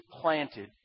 planted